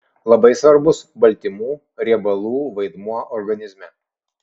labai svarbus baltymų riebalų vaidmuo organizme